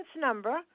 number